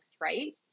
right